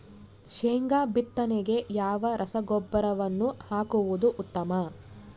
ಶೇಂಗಾ ಬಿತ್ತನೆಗೆ ಯಾವ ರಸಗೊಬ್ಬರವನ್ನು ಹಾಕುವುದು ಉತ್ತಮ?